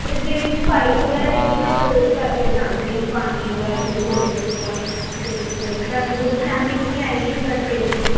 ਅਤੇ ਜਿਹੜੀ ਸਫਾਈ ਵਗੈਰਾ ਹੈਗੀ ਨਾ ਉਹ ਰੋਜ਼ ਕਰਕੇ ਜਾਣਗੇ ਵੀ ਪਾਣੀ ਵਗੈਰਾ ਕੋਈ ਹੋਵੇ ਨਾ ਖੁੱਲ੍ਹਾ ਤੁਹਾਨੂੰ ਕੋਈ ਪਰੇਸ਼ਾਨੀ ਤਾਂ ਨਹੀਂ ਆਵੇਗੀ ਪਰ ਫਿਰ ਵੀ